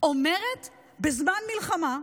אומרת בזמן מלחמה,